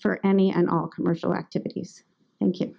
for any and all commercial activities and k